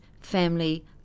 family